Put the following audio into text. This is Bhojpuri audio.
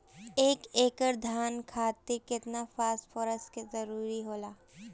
एक एकड़ धान खातीर केतना फास्फोरस के जरूरी होला?